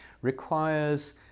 requires